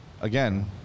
again